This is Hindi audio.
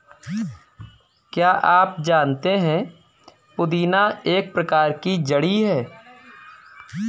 क्या आप जानते है पुदीना एक प्रकार की जड़ी है